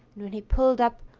and when he pulled up,